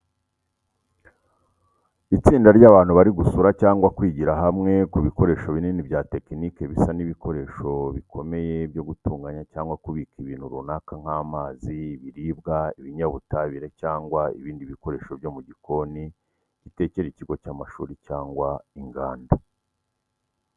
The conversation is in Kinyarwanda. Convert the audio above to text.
Itsinda ry’abantu bari gusura cyangwa kwigira hamwe ku bikoresho binini bya tekiniki bisa n’ibikoresho bikomeye byo gutunganya cyangwa kubika ibintu runaka nk’amazi, ibiribwa, ibinyabutabire, cyangwa ibindi bikoresho byo mu gikoni gitekera ikigo cy'amashuri cyangwa inganda.